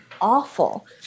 awful